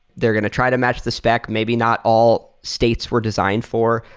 they're going to try to match the spec maybe not all states were designed for.